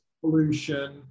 pollution